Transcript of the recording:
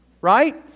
Right